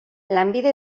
lanbide